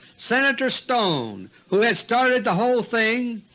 senator stone, who had started the whole thing,